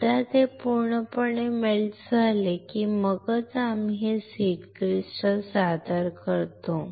एकदा ते पूर्णपणे वितळले की मगच आम्ही हे सीड क्रिस्टल सादर करतो